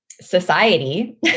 society